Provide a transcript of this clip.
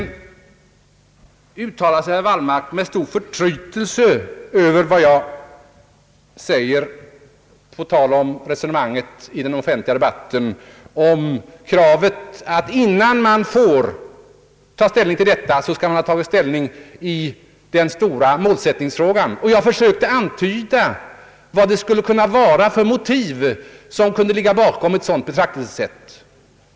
Herr Wallmark uttalade sig med stor förtrytelse över mitt uttalande med anledning av kravet i den offentliga debatten att innan man tar ställning till reformen måste man ha tagit ställning i den stora målsättningsfrågan. Jag försökte antyda vilka motiv som skulle kunna ligga bakom ett sådant betrak telsesätt.